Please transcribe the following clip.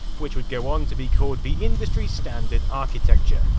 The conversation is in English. which would go on to be called the industry standard architecture,